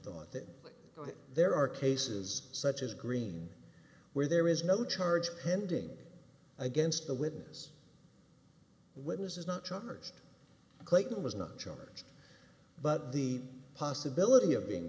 thought that there are cases such as green where there is no charge pending against the witness witnesses not truckers clayton was not charged but the possibility of being